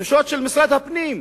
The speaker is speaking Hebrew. דרישות של משרד הפנים,